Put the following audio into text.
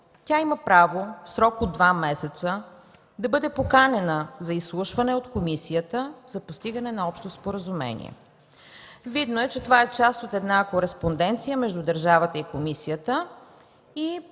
тя има право в срок от два месеца да бъде поканена за изслушване от комисията за постигане на общо споразумение. Видно е, че това е част от кореспонденция между държавата и комисията.